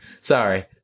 sorry